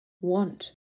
Want